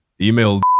email